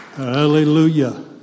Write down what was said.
Hallelujah